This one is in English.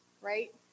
right